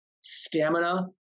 stamina